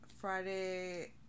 Friday